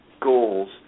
goals